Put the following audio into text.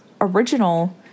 original